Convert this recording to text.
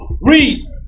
Read